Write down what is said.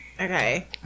Okay